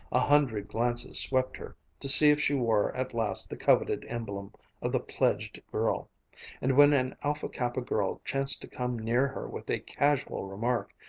a hundred glances swept her to see if she wore at last the coveted emblem of the pledged girl and when an alpha kappa girl chanced to come near her with a casual remark,